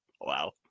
Wow